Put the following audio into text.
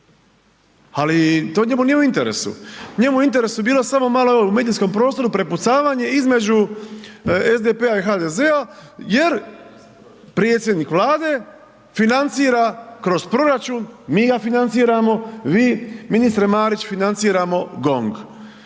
Ali to njemu nije u interesu, njemu je u interesu bilo samo malo evo u medijskom prostoru prepucavanje između SDP-a i HDZ-a jer predsjednik Vlade financira kroz proračun, i ga financiramo, vi, ministre Marić, financiramo GONG.